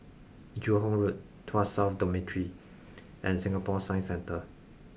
Joo Hong Road Tuas South Dormitory and Singapore Science Centre